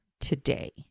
today